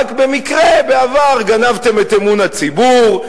רק במקרה בעבר גנבתם את אמון הציבור,